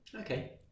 Okay